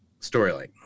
Storyline